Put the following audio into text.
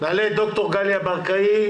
ד"ר גליה ברקאי